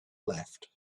left